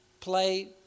play